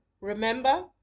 Remember